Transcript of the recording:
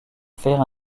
faire